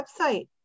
website